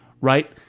right